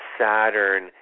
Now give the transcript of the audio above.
Saturn